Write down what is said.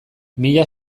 mila